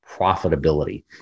profitability